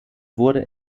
wurde